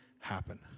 happen